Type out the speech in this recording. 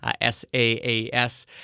S-A-A-S